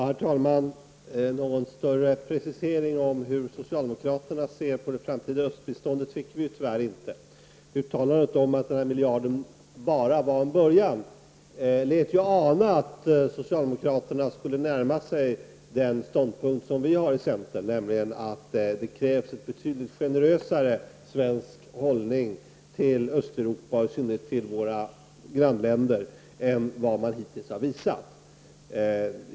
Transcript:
Herr talman! Någon större precisering om hur socialdemokraterna ser på det framtida östbiståndet fick vi tyvärr inte. Uttalandet om att miljarden bara var en början lät ana att socialdemokraterna skulle närma sig den ståndpunkt som vi har i centern, nämligen att det krävs en betydligt generösare svensk hållning till Östeuropa och i synnerhet till våra grannländer än vad man hittills har visat.